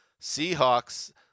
Seahawks